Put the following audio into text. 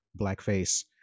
blackface